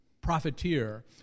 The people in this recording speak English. profiteer